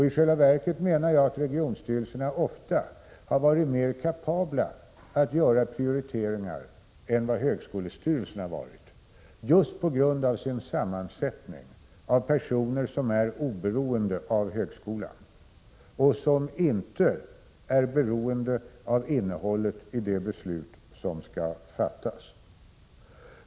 I själva verket har enligt min mening regionstyrelserna ofta varit mer kapabla att göra prioriteringar än vad högskolestyrelserna har varit just på grund av regionstyrelsernas sammansättning av personer, som är oberoende av högskolan och som inte är beroende av innehållet i de beslut som skall fattas.